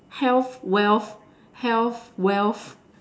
health wealth health wealth